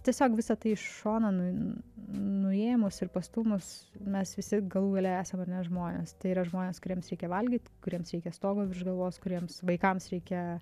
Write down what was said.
tiesiog visa tai šonan nuėmus ir pastūmus mes visi galų gale esam ar ne žmonės tai yra žmonės kuriems reikia valgyt kuriems reikia stogo virš galvos kuriems vaikams reikia